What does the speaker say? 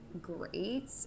great